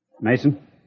Mason